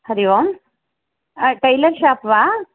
हरिः ओम् tailor shop वा